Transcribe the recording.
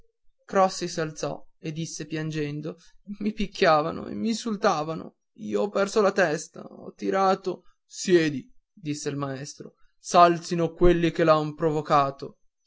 crossi s'alzò e disse piangendo i picchiavano e m'insultavano io ho perso la testa ho tirato siedi disse il maestro s'alzino quelli che lo han provocato